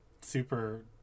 super